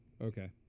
Okay